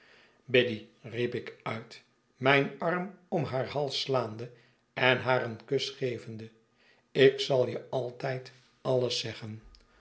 hep ik uit mijn arm om haar hals slaande en haar een kus gevende ik zal je aitijd alles zeggen